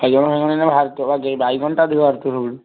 ବାଇଗଣ ଫାଇଗଣ ଏଇନା ବାହାରୁଥିବ ଟି ବାଇଗଣଟା ଏବେ ବାହାରୁଥିବ ବି